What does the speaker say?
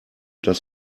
dass